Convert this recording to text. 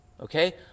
Okay